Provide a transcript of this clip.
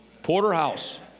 Porterhouse